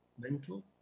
Mental